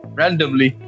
randomly